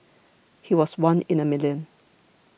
he was one in a million